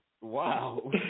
Wow